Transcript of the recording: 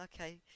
Okay